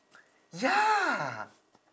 ya